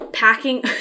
Packing